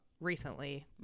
recently